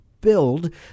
build